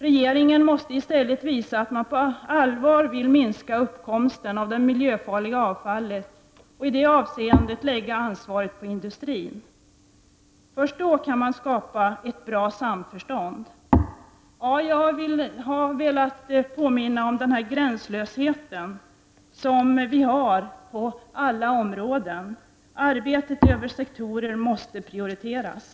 Regeringen måste i stället visa att den på allvar vill minska uppkomsten av det miljöfarliga avfallet och här lägga ansvaret på industrin. Först då kan man skapa ett bra samförstånd. Jag har velat påminna om den här gränslösheten som vi har på alla områden. Arbetet över sektorsgränserna måste prioriteras.